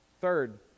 third